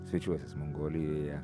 svečiuosis mongolijoje